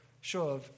show